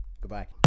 goodbye